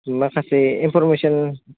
माखासे इनफरमेसन